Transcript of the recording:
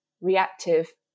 reactive